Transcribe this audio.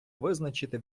визначити